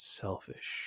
selfish